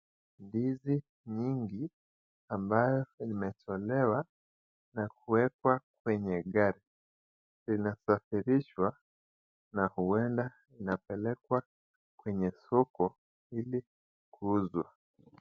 Ndizi nyingi ambayo imetolewa na kuwekwa kwenye gari, linasafirishwa na huenda inapelekwa kwenye soko ili kuuzwa.